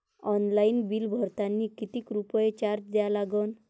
Online bill भरतानी कितीक रुपये चार्ज द्या लागन?